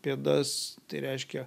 pėdas tai reiškia